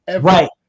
Right